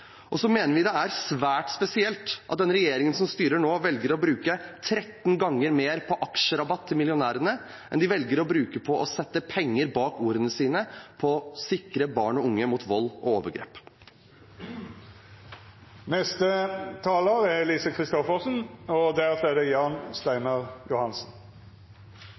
innskrenket. Så mener vi det er svært spesielt at den regjeringen som styrer nå, velger å bruke 13 ganger mer på aksjerabatt til millionærene enn de velger å bruke på å sette penger bak ordene sine for å sikre barn og unge mot vold og overgrep. Først vil jeg i likhet med foregående taler rette en stor takk til interpellantene for å reise det